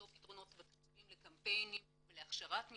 פתרונות ותקציבים לקמפיינים ולהכשרת מתנדבות.